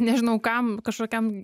nežinau kam kažkokiam